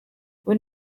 when